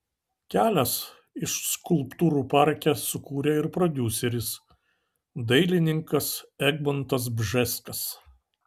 kelias iš skulptūrų parke sukūrė ir prodiuseris dailininkas egmontas bžeskas